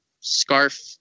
scarf